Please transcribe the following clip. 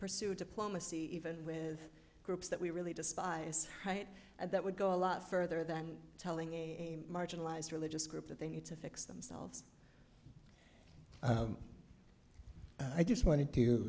pursue diplomacy even with groups that we really despise height and that would go a lot further than telling a marginalized religious group that they need to fix themselves i just wanted to